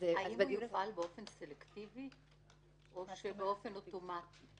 האם הוא יופעל באופן סלקטיבי או באופן אוטומטי?